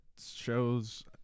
shows